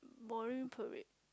boring probably